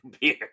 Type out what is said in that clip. beer